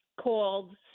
called